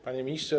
Panie Ministrze!